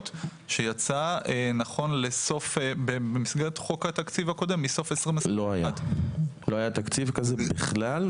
שיצא במסגרת חוק התקציב הקודם בסוף 2021. לא היה תקציב כזה בכלל,